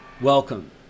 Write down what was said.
Welcome